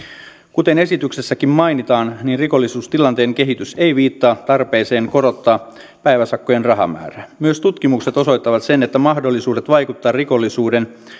kuten esityksessäkin mainitaan rikollisuustilanteen kehitys ei viittaa tarpeeseen korottaa päiväsakkojen rahamäärää myös tutkimukset osoittavat sen että mahdollisuudet vaikuttaa rikollisuuden